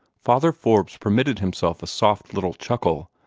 father forbes permitted himself a soft little chuckle,